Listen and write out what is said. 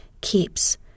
keeps